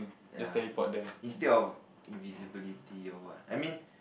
ya instead of invisibility or what I mean